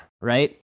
right